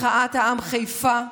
מחאת העם, חיפה,